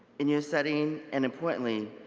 in your setting and importantly,